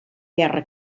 guerra